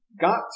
got